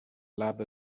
lab